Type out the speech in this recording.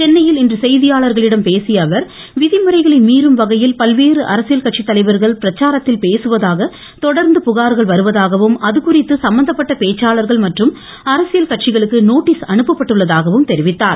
சென்னையில் இன்று செய்தியாளர்களிடம் பேசிய அவர் விதிமுறைகளை மீறும் வகையில் பல்வேறு அரசியல் கட்சித்தலைவர்கள் பிரச்சாரத்தில் பேசுவதாக தொடா்ந்து புகார்கள் வருவதாகவும் அதுகுறித்து சம்மந்தப்பட்ட பேச்சாளர்கள் மற்றும் அரசியல் கட்சிகளுக்கு நோட்டீஸ் அனுப்பப்பட்டிருப்பதாகவும் அவர் தெரிவித்தார்